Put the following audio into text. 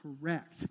correct